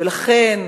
ולכן,